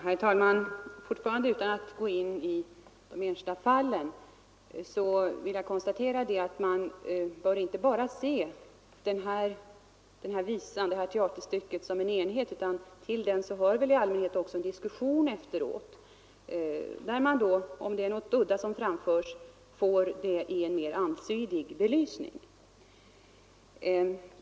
Herr talman! Fortfarande utan att gå in på de enskilda fallen vill jag konstatera att man inte bara bör se den här visan och det här teaterstycket som en enhet. Till framförandet hör väl i allmänhet också en diskussion efteråt. Om det då är någonting udda som framförs får det i diskussionen en mer allsidig belysning.